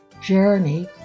Journey